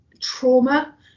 trauma